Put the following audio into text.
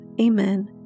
Amen